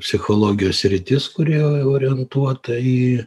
psichologijos sritis kuri orientuota į